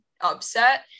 upset